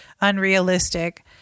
unrealistic